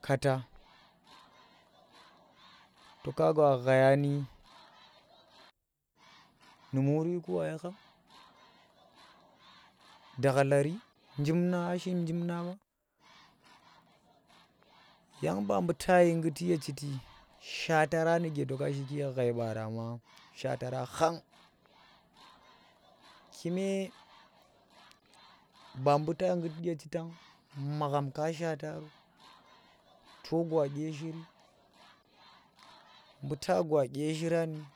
Kaata to kagwa ghaya ni nu muun ku wayi khang dakhlari njiu nang a shim khar mu njiv na ɓa yang ba buu tayi ngguti ye chiti shaatara nuke to ka shiki ye ghai baara ma shaatara khang kume ba buu ta nggut ye chitang magham ka shaata ro to gwa dye shiri mbuu ta gwa dye shirani,